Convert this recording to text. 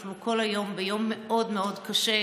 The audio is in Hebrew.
אנחנו כל היום, ביום מאוד מאוד קשה,